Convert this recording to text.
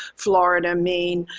florida, maine,